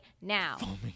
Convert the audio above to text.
now